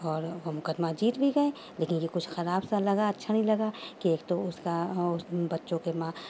اور وہ مقدمہ جیت بھی گئے لیکن یہ کچھ خراب سا لگا اچھا نہیں لگا کہ ایک تو اس کا بچوں کے ماں